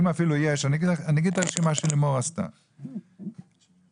לפי הרשימה שעשתה לימור,